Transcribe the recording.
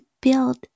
build